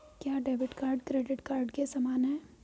क्या debit card credit card के समान है?